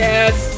Yes